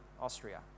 Austria